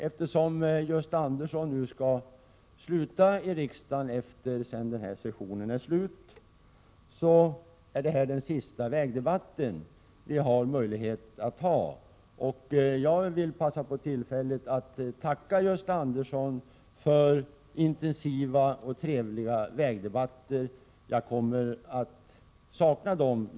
Eftersom Gösta Andersson skall sluta i riksdagen efter denna session, är detta den sista vägdebatt som vi har möjlighet att föra. Jag vill passa på tillfället att tacka Gösta Andersson för intensiva och trevliga vägdebatter — jag kommer att sakna dem.